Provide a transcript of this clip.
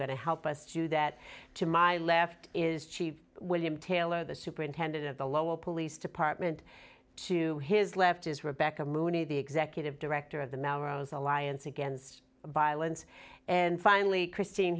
to help us do that to my left is chief william taylor the superintendent of the lowell police department to his left is rebecca mooney the executive director of the melrose alliance against violence and finally christine